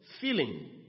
feeling